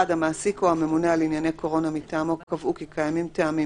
המעסיק או הממונה על ענייני קורונה מטעמו קבעו כי קיימים טעמים